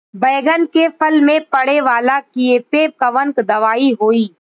बैगन के फल में पड़े वाला कियेपे कवन दवाई होई?